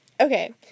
Okay